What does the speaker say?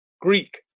greek